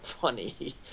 funny